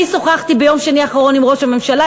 אני שוחחתי ביום שני האחרון עם ראש הממשלה.